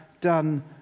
done